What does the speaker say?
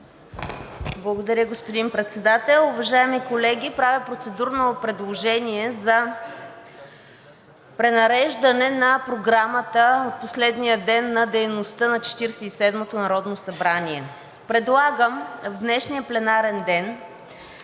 Благодаря, господин Председател. Уважаеми колеги, правя процедурно предложение за пренареждане на Програмата от последния ден на дейността на Четиридесет и седмото народно събрание. Предлагам в днешния пленарен ден